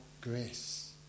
grace